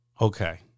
Okay